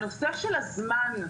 הנושא של הזמן,